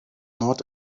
not